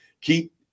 keep